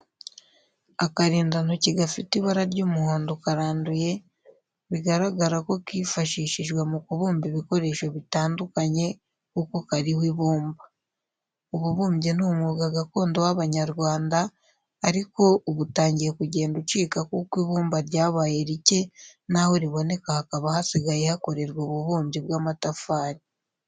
Akarindantoki gafite ibara ry'umuhondo karanduye, bigaragara ko kifashishijwe mu kubumba ibikoresho bitandukanye kuko kariho ibumba. Ububumbyi ni umwuga gakondo w'Abanyarwanda ariko ubu utangiye kugenda ucika kuko ibumba ryabaye rike naho riboneka hakaba hasigaye hakorerwa ububumbyi bw'amatafari.